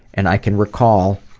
and i can recall